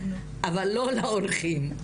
אבל לא של האורחים,